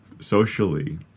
socially